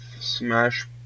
Smash